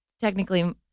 technically